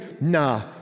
nah